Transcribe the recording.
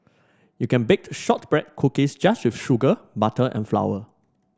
you can baked shortbread cookies just with sugar butter and flour